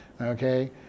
Okay